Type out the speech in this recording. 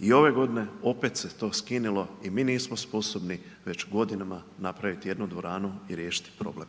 i ove godine opet se to skinulo i mi nismo sposobni već godinama napraviti jednu dvoranu i riješiti problem.